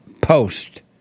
post